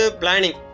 planning